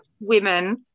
women